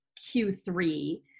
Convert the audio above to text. Q3